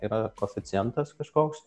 yra koficientas kažkoks